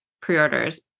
pre-orders